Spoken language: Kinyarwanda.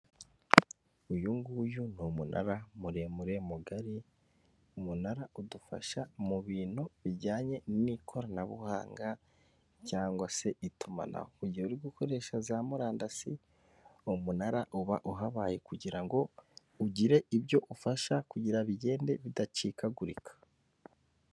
Uyu nguyu ni umunara muremure mugari, umunara udufasha mu bintu bijyanye n'ikoranabuhanga cyangwa se itumanaho, mu gihe uri gukoresha za murandasi uwo munara uba uhabaye kugira ngo ugire ibyo ufasha kugira bigende bidacikagurika.